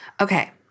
okay